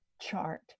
chart